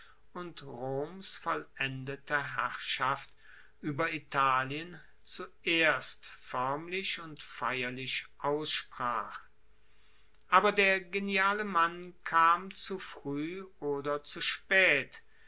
und roms vollendete herrschaft ueber italien zuerst foermlich und feierlich aussprach aber der geniale mann kam zu frueh oder zu spaet